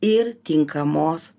ir tinkamos